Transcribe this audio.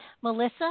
Melissa